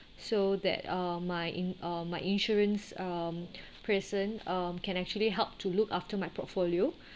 so that uh my in uh my insurance um present um can actually help to look after my portfolio